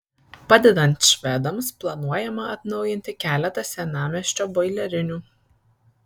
padedant švedams planuojama atnaujinti keletą senamiesčio boilerinių